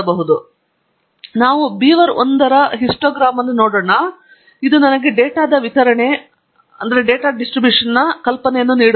ಆದ್ದರಿಂದ ನಾವು ಬೀವರ್ 1 ನ ಹಿಸ್ಟೋಗ್ರಾಮ್ ಅನ್ನು ನೋಡೋಣ ಇದು ನನಗೆ ಡೇಟಾದ ವಿತರಣೆಯ ಕಲ್ಪನೆಯನ್ನು ನೀಡುತ್ತದೆ